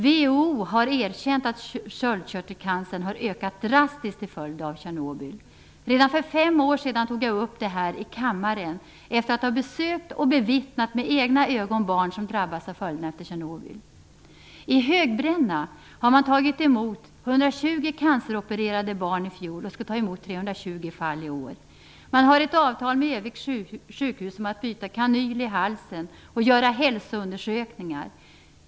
WHO har erkänt att sköldkörtelcancern har ökat drastiskt till följd av Tjernobyl. Redan för fem år sedan tog jag upp detta i kammaren efter att ha besökt och med egna ögon bevittnat barn som drabbats av följderna av Tjernobyl. I Högbränna tog man i fjol emot 120 canceropererade barn, och i år skall man ta emot 320 fall. Man har ett avtal med Örnsköldsviks sjukhus om att byta kanyl i halsen och att göra hälsoundersökningar.